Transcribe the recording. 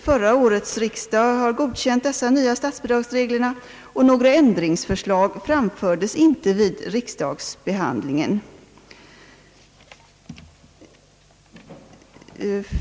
Förra årets riksdag har godkänt dessa nya statsbidragsregler, och några ändringsförslag framfördes inte vid riksdagsbehandlingen.